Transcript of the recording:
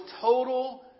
total